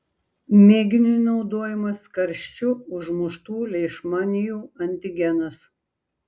mėginiui naudojamas karščiu užmuštų leišmanijų antigenas